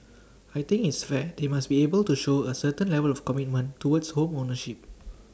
I think it's fair they must be able to show A certain level of commitment towards home ownership